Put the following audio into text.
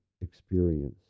experience